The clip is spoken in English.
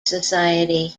society